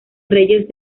reyes